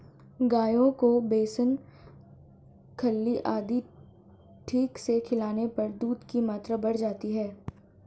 गायों को बेसन खल्ली आदि ठीक से खिलाने पर दूध की मात्रा बढ़ जाती है